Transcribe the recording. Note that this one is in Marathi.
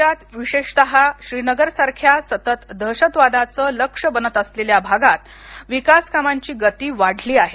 राज्यात विशेषतः श्रीनगरसारख्या सतत दहशतवादाचं लक्ष्य बनत असलेल्या भागातविकासकामांची गती वाढलीआहे